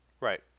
Right